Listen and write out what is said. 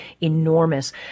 enormous